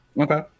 Okay